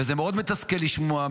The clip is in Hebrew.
זה מאוד מתסכל לשמוע,